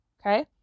Okay